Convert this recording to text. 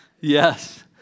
Yes